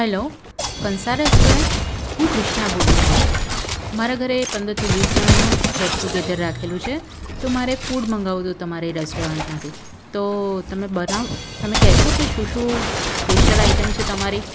hello Kansa restaurant હું ક્રિષ્ના બોલું છું મારા ઘરે પંદરથી વીસ જણનું ગેટ ટુગેધર રાખેલું છે તો મારે ફૂડ મંગાવવું હતું તમારી રેસ્ટોરન્ટમાંથી તો તમે બનાવો તમે કહેશો કે શું શું સ્પેશ્યલ આઇટમ છે તમારી